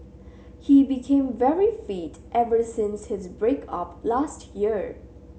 he became very fit ever since his break up last year